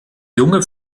junge